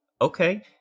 okay